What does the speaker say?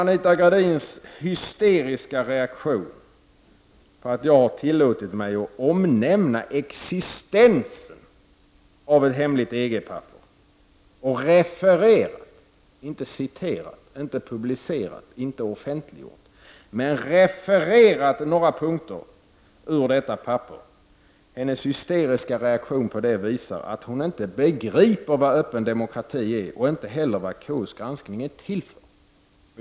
Anita Gradins hysteriska reaktion på att jag tillåtit mig att omnämna existensen av ett hemligt EG-papper och refererat — inte citerat, inte publicerat, inte offentliggjort men refererat — några punkter ur detta papper, visar att hon inte begriper vad en öppen demokrati är och inte heller vad KUSs granskning är till för.